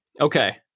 okay